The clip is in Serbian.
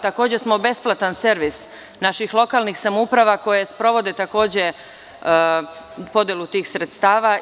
Takođe smo besplatan servis naših lokalnih samouprava koje sprovode takođe podelu tih sredstava.